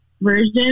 version